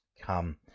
Come